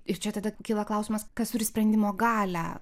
ir čia tada kyla klausimas kas už sprendimo galią